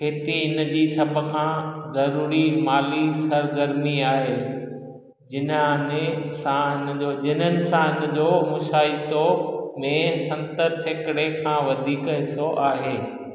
खेती हिन जी सभ खां ज़रूरी माली सरगरमी आहे जिन्हाने सां जिनिन सां हिन जो मुशाईतो में सतरि सेकड़े खां वधीक हिसो आहे